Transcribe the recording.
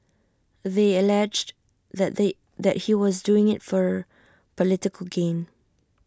they alleged that they that he was doing IT for political gain